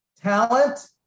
talent